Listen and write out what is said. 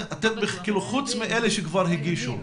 חוץ מאלה שכבר הגישו,